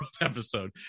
episode